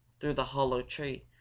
through the hollow tree,